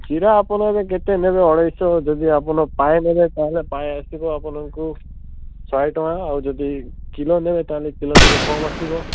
ଜିରା ଆପଣ ଏବେ କେତେ ନେବେ ଅଢ଼େଇଶହ ଯଦି ଆପଣ ପାଏ ନେବେ ତା'ହେଲେ ପାଏ ଆସିବ ଆପଣଙ୍କୁ ଶହେଟଙ୍କା ଆଉ ଯଦି କିଲୋ ନେବେ ତା'ହେଲେ କିଲୋ ଟିକେ କମ୍ ଆସିବା